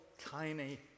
tiny